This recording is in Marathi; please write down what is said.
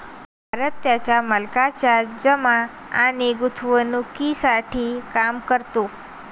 भरत त्याच्या मालकाच्या जमा आणि गुंतवणूकीसाठी काम करतो